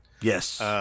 yes